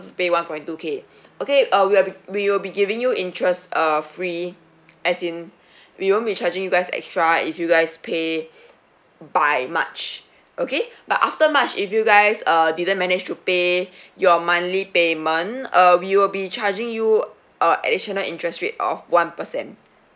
to pay one point two K okay err we will be we will be giving you interest uh free as in we won't be charging you guys extra if you guys pay by march okay but after march if you guys err didn't manage to pay your monthly payment err we will be charging you err additional interest rate of one percent